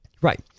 Right